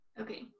Okay